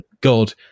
God